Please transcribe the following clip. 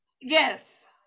Yes